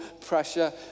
pressure